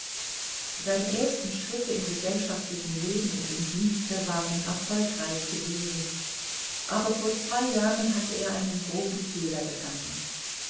seine ersten schritte im gesellschaftlichen leben und im dienste waren erfolgreich gewesen aber vor zwei jahren hatte er einen groben fehler begangen